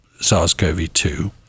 SARS-CoV-2